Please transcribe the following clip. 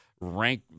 rank